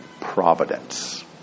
providence